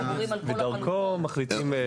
ודרכו מחליטים.